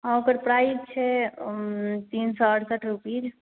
ओकर प्राइस छै तीन सए अरसठ रूपीज